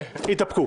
יתאפקו.